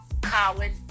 Colin